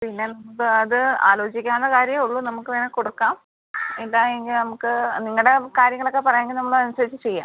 പിന്നെ അത് ആലോചിക്കാവുന്ന കാര്യമേ ഉള്ളൂ നമുക്ക് വേണേൽ കൊടുക്കാം ഇല്ലായെങ്കിൽ നമുക്ക് നിങ്ങളുടെ കാര്യങ്ങളൊക്കെ പറയാമെങ്കിൽ നമ്മൾ അതനുസരിച്ച് ചെയ്യാം